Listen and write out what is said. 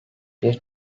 bir